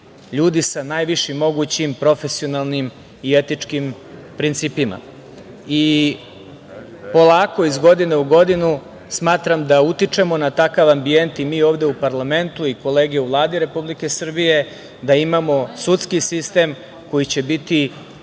ljudi sa najvišim mogućim profesionalnim i etičkim principima. Polako iz godine u godinu smatram da utičemo na takav ambijent i mi ovde u parlamentu i kolege u Vladi Republike Srbije da imamo sudski sistem koji će biti